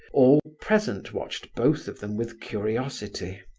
all present watched both of them with curiosity.